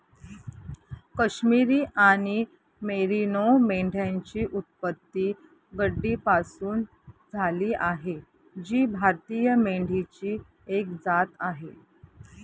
काश्मिरी आणि मेरिनो मेंढ्यांची उत्पत्ती गड्डीपासून झाली आहे जी भारतीय मेंढीची एक जात आहे